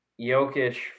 Jokic